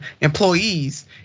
employees